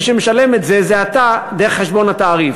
מי שמשלם את זה זה אתה, דרך החשבון, התעריף,